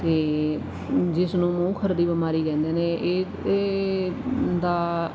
ਅਤੇ ਜਿਸ ਨੂੰ ਮੂੰਹ ਖੁਰ ਦੀ ਬਿਮਾਰੀ ਕਹਿੰਦੇ ਨੇ ਇਹਦਾ